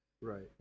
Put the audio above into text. Right